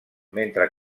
mentre